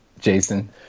jason